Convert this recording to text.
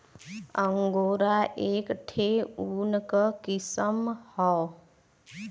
angora एक ठे ऊन क किसम हौ